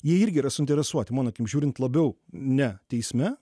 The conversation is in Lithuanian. jie irgi yra suinteresuoti manoakim žiūrint labiau ne teisme